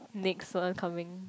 next one coming